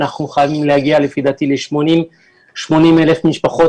אנחנו חייבים להגיע לפי דעתי ל-80,00 משפחות,